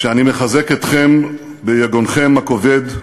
כשאני מחזק אתכם ביגונכם הכבד,